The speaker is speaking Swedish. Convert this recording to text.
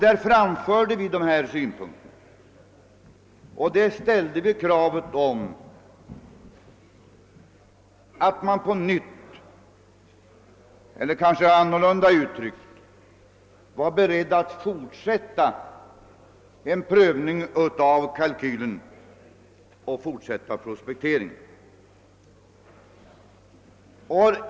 Därvid framförde vi dessa synpunkter och ställde frågan, om man var beredd att på nytt pröva kalkylen och fortsätta prospekteringen.